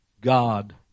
God